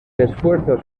esfuerzos